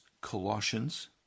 Colossians